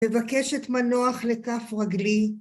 מבקשת מנוח לכף רגלי.